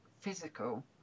physical